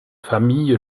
famille